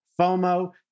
FOMO